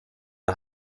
det